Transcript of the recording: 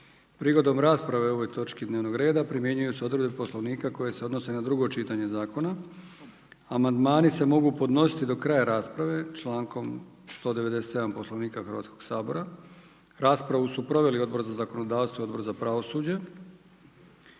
Prigodom rasprave o ovoj točki dnevnog reda primjenjuju se odredbe Poslovnika koje se odnose na drugo čitanje zakona. Amandmani se mogu podnositi do kraja rasprave temeljem članka 197. Poslovnika Hrvatskog sabora. Raspravu su proveli Odbor za zakonodavstvo i Odbor za pravosuđe.